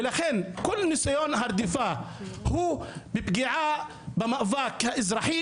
ולכן כל ניסיון הרדיפה הוא בפגיעה במאבק האזרחי